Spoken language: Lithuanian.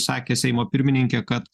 sakė seimo pirmininkė kad